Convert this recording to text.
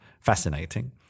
fascinating